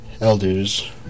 elders